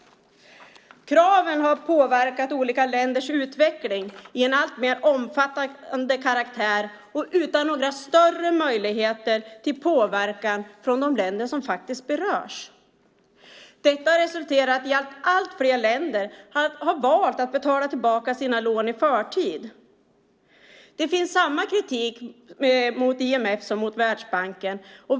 Kraven har påverkat olika länders utveckling och blivit alltmer omfattande, och de ger inte några större möjligheter till påverkan från de länder som berörs. Detta har resulterat i att allt fler länder har valt att betala tillbaka sina lån i förtid. Det finns samma kritik mot IMF som mot Världsbanken.